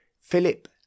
Philip